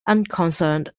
unconcerned